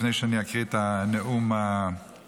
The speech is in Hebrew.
לפני שאני אקריא את הנאום המקצועי.